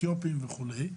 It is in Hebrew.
אתיופים וכולי,